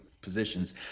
positions